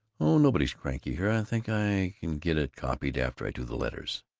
oh, nobody's cranky here i think i can get it copied after i do the letters.